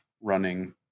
running